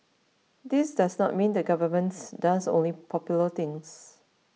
this does not mean the governments does only popular things